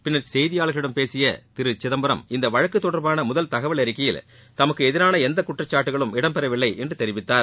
பின்னர் செய்தியாளர்களிடம் பேசிய திரு சிதம்பரம் இந்த வழக்கு தொடர்பான முதல் தகவல் அறிக்கையில் தமக்கு எதிரான எந்த குற்றச்சாட்டுகளும் இடம்பெறவில்லை என்று தெரிவித்தார்